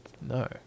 No